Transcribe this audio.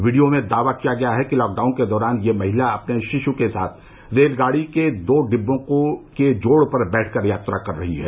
video में दावा किया गया है कि लॉकडाउन के दौरान यह महिला अपने शिश् के साथ रेलगाड़ी के दो डिब्बों के जोड़ पर बैठकर यात्रा कर रही है